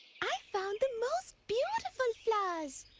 i've found the most beautiful flowers.